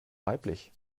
weiblich